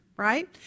right